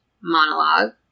monologue